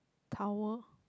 towel